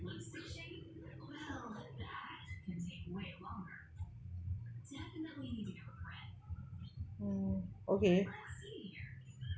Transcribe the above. oh okay